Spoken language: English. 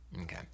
Okay